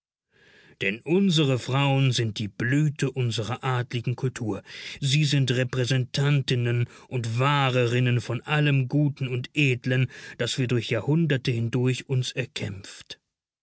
denn unsere frauen sind die blüte unserer adligen kultur sie sind repräsentantinnen und wahrerinnen von allem guten und edlen das wir durch jahrhunderte hindurch uns erkämpft